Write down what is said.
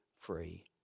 free